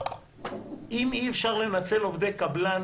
אם אי-אפשר לנצל עובדי קבלן